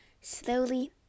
Slowly